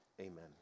amen